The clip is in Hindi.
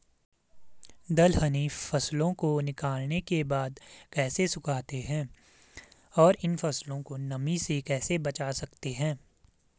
दलहनी फसलों को निकालने के बाद कैसे सुखाते हैं और इन फसलों को नमी से कैसे बचा सकते हैं?